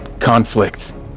conflict